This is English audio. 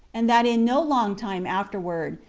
and that in no long time afterward,